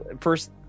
first